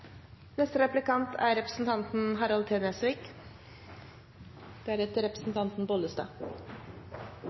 Neste replikant er representanten Harald T. Nesvik.